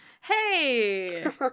Hey